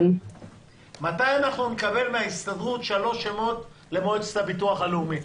מתי נקבל מן ההסתדרות שלושה שמות למועצת הביטוח הלאומי?